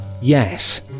Yes